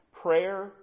Prayer